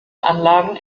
anlagen